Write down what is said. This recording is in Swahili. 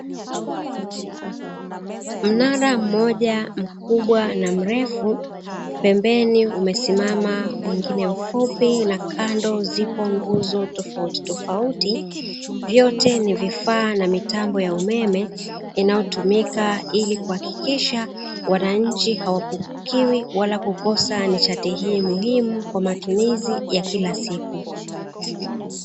Mnara mmoja mkubwa na mrefu pembeni umesimama mwingine mfupi, na kando zipo nguzo tofauti tofauti vyote ni vifaa na mitambo ya umeme inayotumika ili kuhakikisha wananchi hawapungui wala kukosa ni chati hii muhimu kwa matumizi ya kila siku.